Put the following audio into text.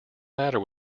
matter